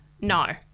no